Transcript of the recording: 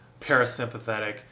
parasympathetic